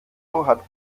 hat